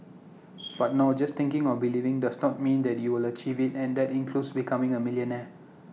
but no just thinking or believing does not mean that you will achieve IT and that includes becoming A millionaire